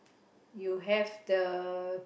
you have the